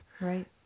Right